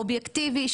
אובייקטיבי,